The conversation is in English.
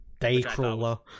Daycrawler